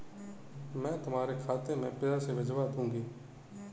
मैं तुम्हारे खाते में पैसे भिजवा दूँगी